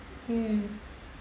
mm